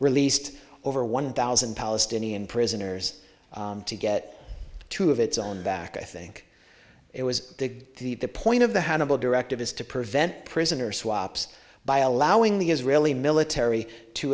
released over one thousand palestinian prisoners to get two of its own back i think it was big the point of the hannibal directive is to prevent prisoner swaps by allowing the israeli military to